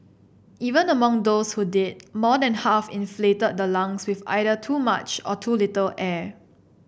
even among those who did more than half inflated the lungs with either too much or too little air